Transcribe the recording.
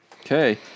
Okay